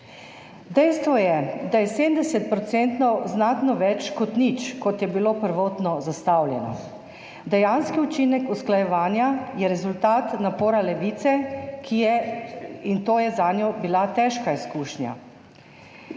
Dejstvo je, da je 70 % znatno več kot nič, kot je bilo prvotno zastavljeno. Dejanski učinek usklajevanja je rezultat napora Levice, kar je bila zanjo težka izkušnja.